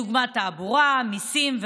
דוגמת תעבורה ומיסים.